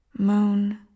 Moon